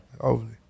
Overly